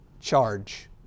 charge